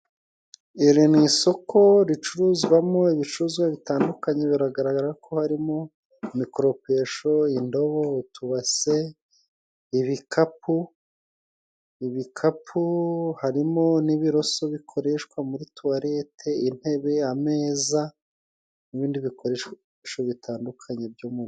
Iri ni isoko ricuruzwamo ibicuruzwa bitandukanye, biragaragara ko harimo imikoropesho, indobo utubase, ibikapu, ibikapu harimo n'ibiroso bikoreshwa muri tuwarete, intebe, ameza n'ibindi bikoresho bitandukanye byo mu ngo.